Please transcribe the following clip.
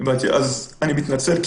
אז אני מתנצל,